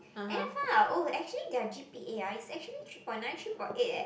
and I found out oh actually their g_p_a ah is actually three point nine three point eight eh